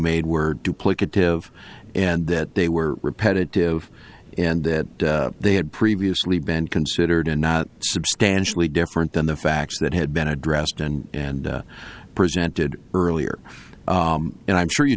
made were duplicative and that they were repetitive and that they had previously been considered and not substantially different than the facts that had been addressed and and presented earlier and i'm sure you